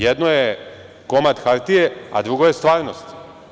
Jedno je komad hartije, a drugo je stvarnost.